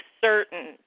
certain